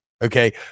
Okay